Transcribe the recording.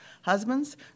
Husbands